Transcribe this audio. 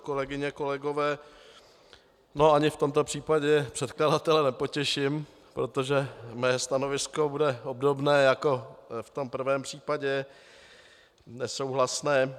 Kolegyně, kolegové, ani v tomto případě předkladatele nepotěším, protože mé stanovisko bude obdobné jako v tom prvém případě nesouhlasné.